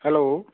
hello